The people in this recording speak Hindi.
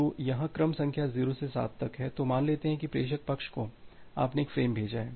तो यहाँ क्रम संख्या 0 से 7 तक है तो मान लेते हैं प्रेषक पक्ष को आपने एक फ़्रेम भेजा है